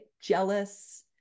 jealous